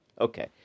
Okay